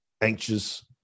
anxious